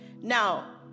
Now